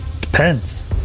Depends